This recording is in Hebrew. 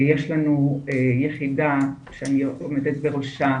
יש לנו יחידה שאני עומדת בראשה